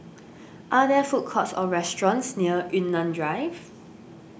are there food courts or restaurants near Yunnan Drive